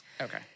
Okay